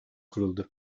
kuruldu